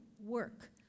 work